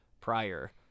prior